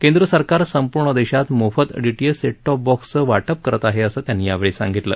केंद्रसरकार संपूर्ण देशात मोफत डीटीएच सेटटॉप बॉक्सचं वाटप करत आहे असं त्यांनी यावेळी सांगितलं